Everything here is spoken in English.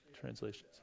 translations